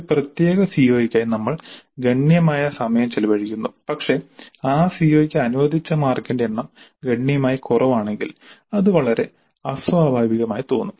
ഒരു പ്രത്യേക സിഒയ്ക്കായി നമ്മൾ ഗണ്യമായ സമയം ചെലവഴിക്കുന്നു പക്ഷേ ആ സിഒക്ക് അനുവദിച്ച മാർക്കിന്റെ എണ്ണം ഗണ്യമായി കുറവാണെങ്കിൽ അത് വളരെ അസ്വാഭാവികം ആയി തോന്നും